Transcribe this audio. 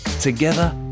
together